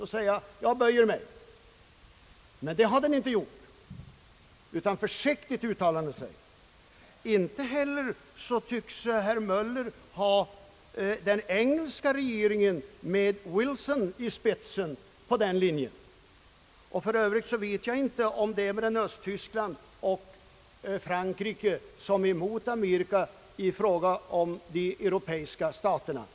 Så har regeringen emellertid inte gjort utan bara uttalat sig försiktigt. Inte heller tycks herr Möller ha den engelska regeringen med Wilson i spetsen på denna linje. För övrigt vet jag inte om det av de västeuropeiska länderna är flera än Östtyskland och Frankrike som i princip är emot USA.